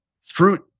fruit